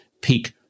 peak